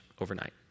overnight